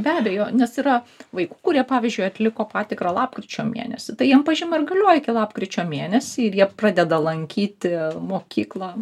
be abejo nes yra vaikų kurie pavyzdžiui atliko patikrą lapkričio mėnesį tai jiem pažyma ir galioja iki lapkričio mėnesį ir jie pradeda lankyti mokyklą